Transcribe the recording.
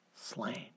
slain